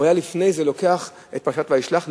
ולפני זה היה לוקח את פרשת וישלח,